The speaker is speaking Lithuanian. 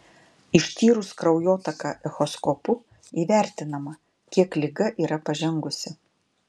ištyrus kraujotaką echoskopu įvertinama kiek liga yra pažengusi